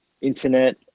internet